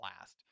last